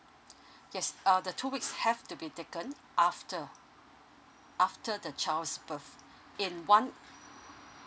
yes uh the two weeks have to be taken after after the child's birth in one